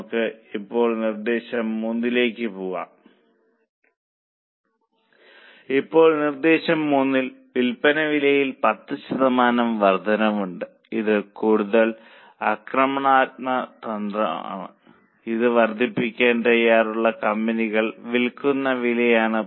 നമുക്ക് ഇപ്പോൾ നിർദ്ദേശം 3 ലേക്ക് പോകാം ഇപ്പോൾ നിർദ്ദേശം 3 ൽ വിൽപ്പന വിലയിൽ 10 ശതമാനം വർദ്ധനവ് ഉണ്ട് ഇത് കൂടുതൽ ആക്രമണാത്മക തന്ത്രമാണ് ഇത് വർദ്ധിപ്പിക്കാൻ തയ്യാറുള്ള കമ്പനികൾ വിൽക്കുന്ന വിലയാണ്